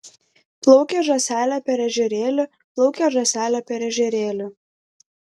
plaukė žąselė per ežerėlį plaukė žąselė per ežerėlį